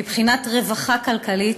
מבחינת רווחה כלכלית,